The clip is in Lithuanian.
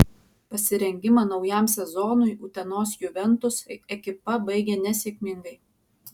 pasirengimą naujam sezonui utenos juventus ekipa baigė nesėkmingai